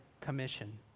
Commission